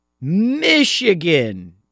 Michigan